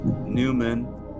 Newman